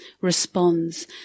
responds